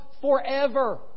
forever